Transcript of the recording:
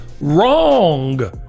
wrong